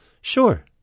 Sure